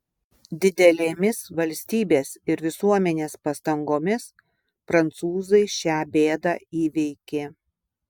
didelėmis valstybės ir visuomenės pastangomis prancūzai šią bėdą įveikė